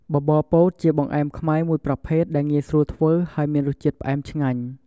បបរពោតជាបង្អែមខ្មែរមួយប្រភេទដែលងាយស្រួលធ្វើ ហើយមានរសជាតិផ្អែមឆ្ងាញ់។